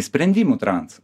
sprendimų transą